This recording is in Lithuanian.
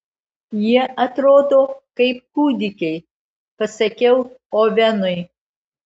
jie atrodo kaip kūdikiai pasakiau ovenui